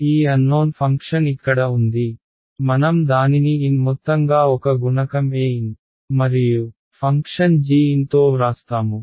ఈ unknown function ఇక్కడ ఉంది మనం దానిని n మొత్తంగా ఒక గుణకం an మరియు ఫంక్షన్ gn తో వ్రాస్తాము